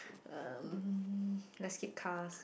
um let's skip cars